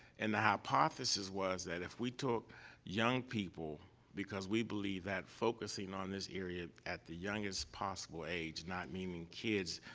and the hypothesis was that if we took young people because we believe that focusing on this area at the youngest possible age, not meaning kids,